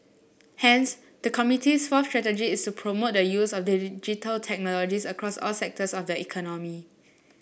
hence the committee's fourth strategy is promote the use of Digital Technologies across all sectors of the economy